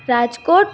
Rajkot